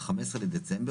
(15 בדצמבר),